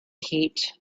heat